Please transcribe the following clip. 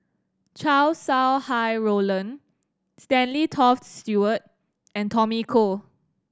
Chow Sau Hai Roland Stanley Toft Stewart and Tommy Koh